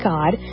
God